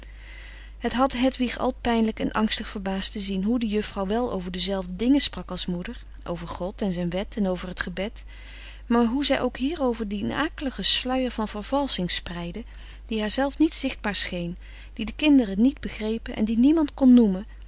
het had hedwig al pijnlijk en angstig verbaasd te zien hoe de juffrouw wel over dezelfde dingen sprak als moeder over god en zijn wet en over het gebed maar hoe zij ook hierover dien akeligen sluier van vervalsching spreidde die haarzelf niet zichtbaar scheen die de kinderen niet begrepen en die niemand kon noemen